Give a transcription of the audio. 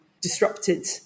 disrupted